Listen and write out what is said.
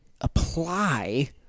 apply